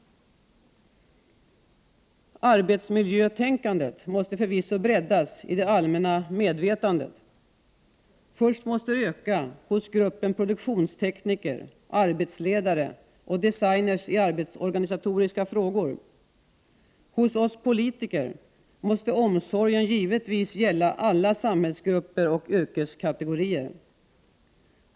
Arbetsmiljötänkandet måste förvisso breddas i det allmänna medvetandet. Först måste det öka hos gruppen produktionstekniker, arbetsledare och designer i arbetsorganisatoriska frågor. Hos oss politiker måste omsorgen givetvis gälla alla samhällsgrupper och yrkeskategorier.